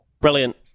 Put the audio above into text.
Brilliant